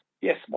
Yes